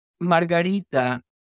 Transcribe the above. Margarita